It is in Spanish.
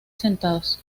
sentados